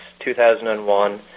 2001